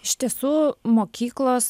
iš tiesų mokyklos